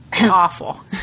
awful